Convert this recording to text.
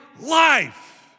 life